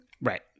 Right